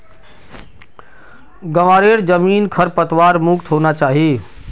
ग्वारेर जमीन खरपतवार मुक्त होना चाई